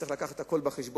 צריך להביא הכול בחשבון,